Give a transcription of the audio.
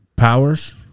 powers